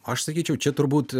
aš sakyčiau čia turbūt